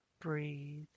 breathe